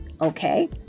Okay